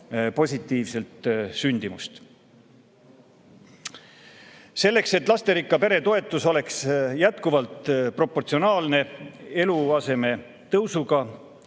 positiivselt sündimust. Selleks, et lasterikka pere toetus oleks jätkuvalt proportsionaalne elatustaseme tõusuga